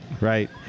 Right